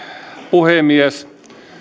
puhemies